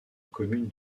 commune